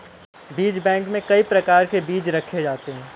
बीज बैंक में कई प्रकार के बीज रखे जाते हैं